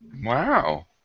Wow